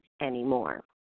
anymore